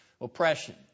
oppression